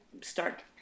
start